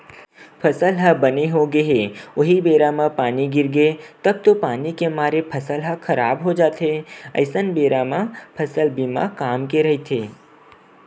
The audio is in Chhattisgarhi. फसल ह बने होगे हे उहीं बेरा म पानी गिरगे तब तो पानी के मारे फसल ह खराब हो जाथे अइसन बेरा म फसल बीमा काम के रहिथे